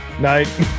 night